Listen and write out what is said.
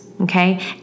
okay